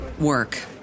work